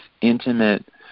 intimate